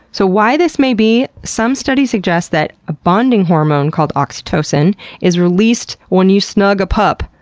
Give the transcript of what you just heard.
so why this may be, some studies suggest that a bonding hormone called oxytocin is released when you snug a pup.